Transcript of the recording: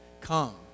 Come